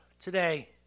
today